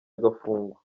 agafungwa